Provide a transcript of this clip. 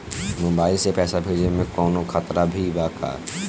Mobile से पैसा भेजे मे कौनों खतरा भी बा का?